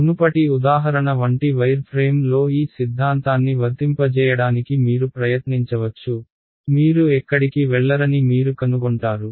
మునుపటి ఉదాహరణ వంటి వైర్ ఫ్రేమ్లో ఈ సిద్ధాంతాన్ని వర్తింపజేయడానికి మీరు ప్రయత్నించవచ్చు మీరు ఎక్కడికి వెళ్లరని మీరు కనుగొంటారు